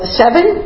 seven